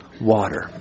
water